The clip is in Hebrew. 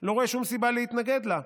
לא רואה שום סיבה להתנגד לה.